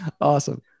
Awesome